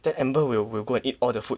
then Amber will will go and eat all the food